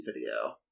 Video